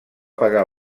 pagar